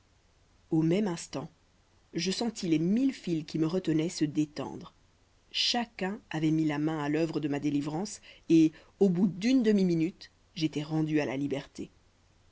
au même instant je sentis les mille fils qui me retenaient se détendre chacun avait mis la main à l'œuvre de ma délivrance et au bout d'une demi-minute j'étais rendu à la liberté